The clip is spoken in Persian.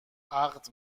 عقد